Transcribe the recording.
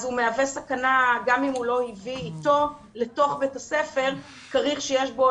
אז הוא מהווה סכנה גם אם הוא לא הביא איתו לתוך בית הספר כריך שיש בו,